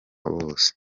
bose